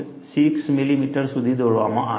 6 millimetre સુધી દોરવામાં આવે છે